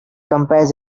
compares